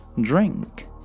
drink